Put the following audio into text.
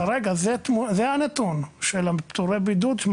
כרגע זה הנתון של פטורי הבידוד,